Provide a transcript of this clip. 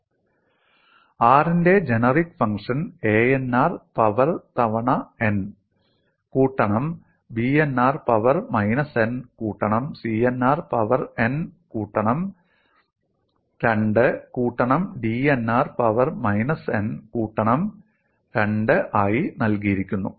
r ന്റെ generic function A n r power തവണ n കൂട്ടണം B n r power minus n കൂട്ടണം C n r power n കൂട്ടണം 2 കൂട്ടണം D n r power minus n കൂട്ടണം 2 ആയി നൽകിയിരിക്കുന്നു